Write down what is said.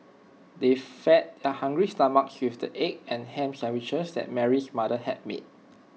they fed their hungry stomachs with the egg and Ham Sandwiches that Mary's mother had made